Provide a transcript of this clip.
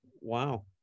Wow